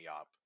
up